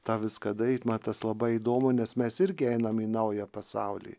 tą viską daryt man tas labai įdomu nes mes irgi einam į naują pasaulį